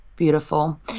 beautiful